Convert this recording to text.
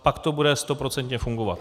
Pak to bude stoprocentně fungovat.